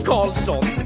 Carlson